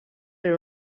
per